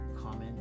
comment